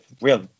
real